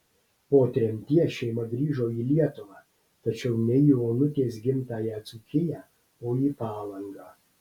po tremties šeima grįžo į lietuvą tačiau ne į onutės gimtąją dzūkiją o į palangą